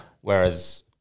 Whereas